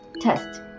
test